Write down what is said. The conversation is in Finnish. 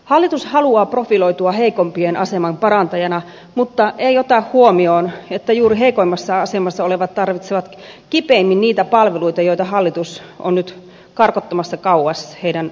hallitus haluaa profiloitua heikompien aseman parantajana mutta ei ota huomioon että juuri heikoimmassa asemassa olevat tarvitsevat kipeimmin niitä palveluita joita hallitus on nyt karkottamassa kauas heidän ulottuviltaan